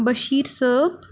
بشیٖر صٲب